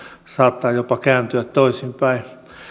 saattavat jopa kääntyä toisinpäin